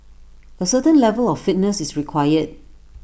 A certain level of fitness is required